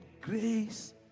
grace